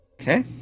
Okay